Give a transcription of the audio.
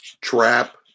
Trap